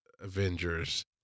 avengers